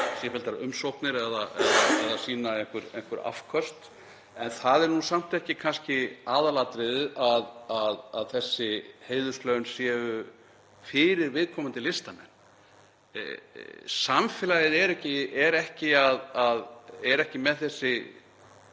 sífelldar umsóknir eða sýna einhver afköst. Samt er það kannski ekki aðalatriðið að þessi heiðurslaun séu fyrir viðkomandi listamenn. Samfélagið er ekki með þessi